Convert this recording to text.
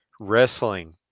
wrestling